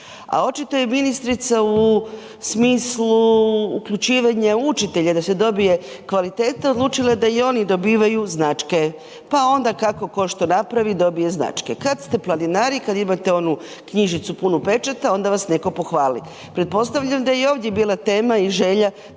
A očito je i ministrica u smislu uključivanja učitelja da se dobije kvaliteta odlučila da i oni dobivaju značke, pa onda kako ko što napravi dobije značke, kad ste planinari, kad imate onu knjižicu punu pečata onda vas neko pohvali. Pretpostavljam da je i ovdje bila tema i želja